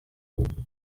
ubuntu